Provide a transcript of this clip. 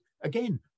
again